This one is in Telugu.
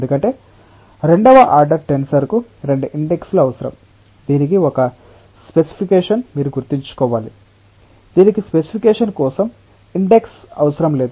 ఎందుకంటే రెండవ ఆర్డర్ టెన్సర్కు 2 ఇండెక్స్ లు అవసరం దీనికి ఒక స్పెసిఫికేషన్ మీరు గుర్తుంచుకోవాలి దీనికి స్పెసిఫికేషన్ కోసం ఇండెక్స్ అవసరం లేదు